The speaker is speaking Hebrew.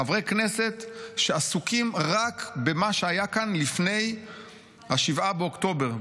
חברי כנסת עסוקים רק במה שהיה כאן לפני 7 באוקטובר.